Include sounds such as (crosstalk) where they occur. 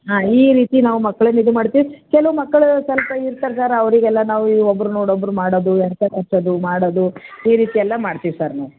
ಹಾಂ ಈ ರೀತಿ ನಾವು ಮಕ್ಳನ್ನ ಇದು ಮಾಡ್ತೀವಿ ಕೆಲ ಮಕ್ಳು ಸ್ವಲ್ಪ ಇರ್ತಾರೆ ಸರ್ ಅವ್ರಿಗೆಲ್ಲ ನಾವು ಒಬ್ರು ನೋಡಿ ಒಬ್ರು ಮಾಡೋದು (unintelligible) ಮಾಡೋದು ಈ ರೀತಿಯೆಲ್ಲ ಮಾಡ್ತೀವಿ ಸರ್ ನಾವು